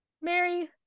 Mary